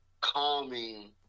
calming